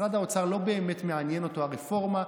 משרד האוצר לא באמת מעניין אותו הרפורמה,